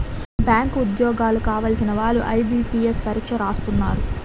bank ఉద్యోగాలు కావలసిన వాళ్లు ఐబీపీఎస్సీ పరీక్ష రాస్తున్నారు